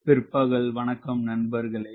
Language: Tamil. பிற்பகல் வணக்கம் நண்பர்களே